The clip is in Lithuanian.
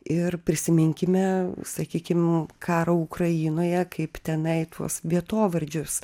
ir prisiminkime sakykim karą ukrainoje kaip tenai tuos vietovardžius